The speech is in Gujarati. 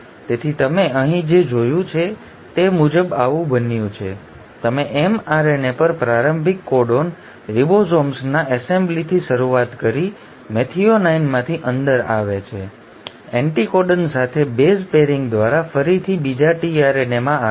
તેથી તમે અહીં જે જોયું છે તે મુજબ આવું બન્યું છે તમે mRNA પર પ્રારંભિક કોડોન રિબોસોમ્સના એસેમ્બલીથી શરૂઆત કરી મેથિઓનાઇનમાંથી અંદર આવે છે એન્ટિકોડન સાથે બેઝ પેરિંગ દ્વારા ફરીથી બીજા tRNAમાં આવે છે